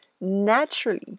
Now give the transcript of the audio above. naturally